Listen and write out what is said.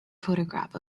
photograph